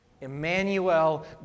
Emmanuel